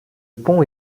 pont